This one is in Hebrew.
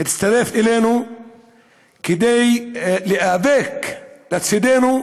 הצטרף אלינו כדי להיאבק לצידנו,